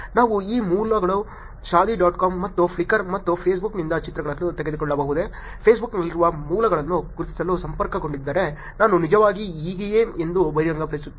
ನಾವು ಈ ಮೂಲಗಳು ಶಾದಿ ಡಾಟ್ ಕಾಮ್ ಮತ್ತು ಫ್ಲಿಕರ್ ಮತ್ತು ಫೇಸ್ಬುಕ್ನಿಂದ ಚಿತ್ರಗಳನ್ನು ತೆಗೆದುಕೊಳ್ಳಬಹುದೇ ಫೇಸ್ಬುಕ್ನಲ್ಲಿರುವ ಮೂಲಗಳನ್ನು ಗುರುತಿಸಲು ಸಂಪರ್ಕಗೊಂಡಿದ್ದರೆ ನಾನು ನಿಜವಾಗಿ ಹೀಗೆಯೇ ಎಂದು ಬಹಿರಂಗಪಡಿಸುತ್ತೇನೆ